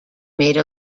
made